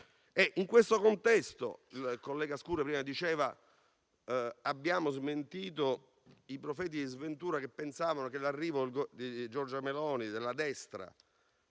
In questo contesto, il collega Scurria prima diceva che abbiamo smentito i profeti di sventura, che pensavano che l'arrivo di Giorgia Meloni e della destra